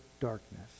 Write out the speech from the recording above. darkness